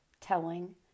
telling